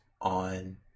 on